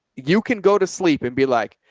you can go to sleep and be like,